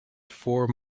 for